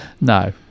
No